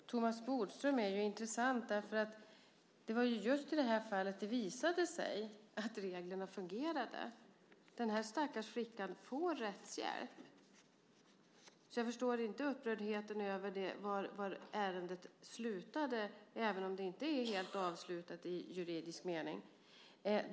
Fru talman! Thomas Bodström är intressant. Just i det här fallet visade det sig ju att reglerna fungerade. Den stackars flickan får rättshjälp. Jag förstår inte upprördheten över var ärendet slutade, även om det förstås inte är helt avslutat i juridisk mening.